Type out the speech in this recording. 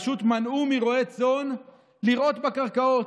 פשוט מנעו מרועי צאן לרעות בקרקעות,